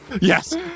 Yes